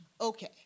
okay